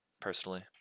personally